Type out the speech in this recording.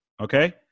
okay